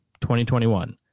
2021